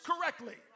correctly